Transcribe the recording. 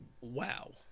wow